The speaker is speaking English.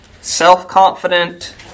self-confident